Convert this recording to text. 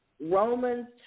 Romans